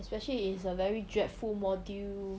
especially if it's a very dreadful module